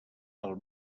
del